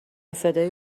صدای